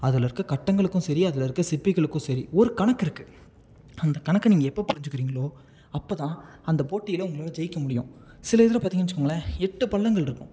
அதில் இருக்கக் கட்டங்களுக்கும் சரி அதில் இருக்க சிப்பிகளுக்கும் சரி ஒரு கணக்கு இருக்குது அந்தக் கணக்கை நீங்கள் எப்போ புரிஞ்சுக்கிறீங்களோ அப்ப தான் அந்த போட்டியில் உங்களால் ஜெயிக்க முடியும் சில இதில் பார்த்தீங்கன்னு வெச்சுக்கோங்களேன் எட்டு பள்ளங்களிருக்கும்